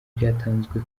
byatanzwe